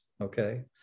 Okay